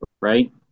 right